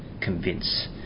convince